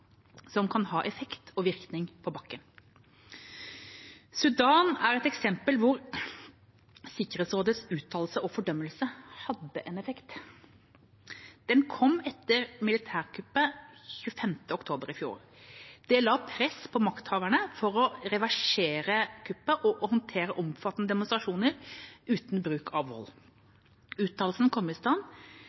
som kan ha effekt og virkning på bakken. Sudan er et eksempel hvor Sikkerhetsrådets uttalelse og fordømmelse hadde en effekt. Den kom etter militærkuppet 25. oktober i fjor. Det la press på makthaverne for å reversere kuppet og håndtere omfattende demonstrasjoner uten bruk av vold. Uttalelsen kom i stand